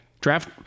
Draft